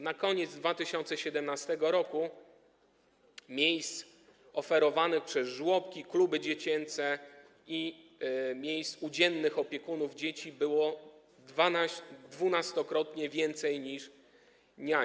Na koniec 2017 r. miejsc oferowanych przez żłobki, kluby dziecięce i miejsc u dziennych opiekunów dzieci było 12-krotnie więcej niż niań.